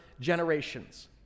generations